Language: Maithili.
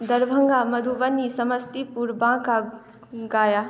दरभङ्गा मधुबनी समस्तीपुर बाँका गया